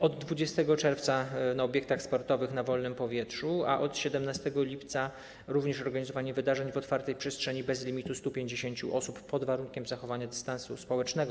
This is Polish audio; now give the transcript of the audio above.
Od 20 czerwca - w obiektach sportowych na wolnym powietrzu, a od 17 lipca również organizowanie wydarzeń na otwartej przestrzeni bez limitu 150 osób pod warunkiem zachowania dystansu społecznego.